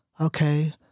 Okay